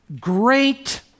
great